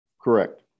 Correct